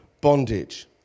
bondage